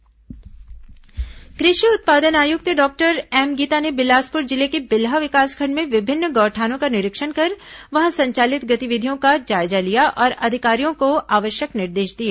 कृषि उत्पादन आयुक्त गौठान निरीक्षण कृषि उत्पादन आयुक्त डॉक्टर एम गीता ने बिलासपुर जिले के बिल्हा विकासखंड में विभिन्न गौठानों का निरीक्षण कर वहां संचालित गतिविधियों का जायजा लिया और अधिकारियों को आवश्यक निर्देश दिए